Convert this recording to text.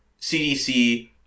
CDC